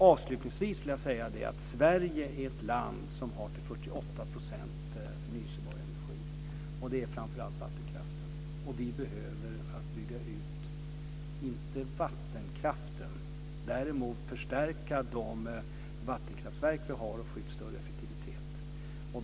Avslutningsvis vill jag säga att Sverige är ett land som har till 48 % förnybar energi, och det är framför allt vattenkraften. Vi behöver inte bygga ut vattenkraften men däremot förstärka de vattenkraftverk som vi har och få ut större effektivitet.